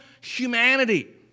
humanity